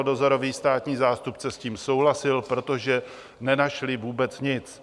Dozorový státní zástupce s tím souhlasil, protože nenašli vůbec nic.